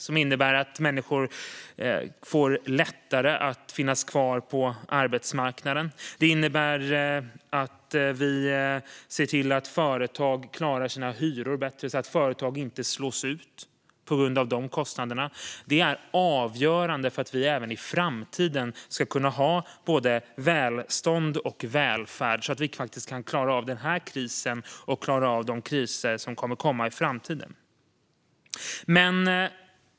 Det innebär att människor får det lättare att finnas kvar på arbetsmarknaden och att vi ser till att företag klarar sina hyror bättre så att de inte slås ut på grund av kostnaderna. Detta är avgörande för att vi även i framtiden ska kunna ha både välstånd och välfärd, så att vi kan klara av krisen och de kriser som kommer att komma i framtiden.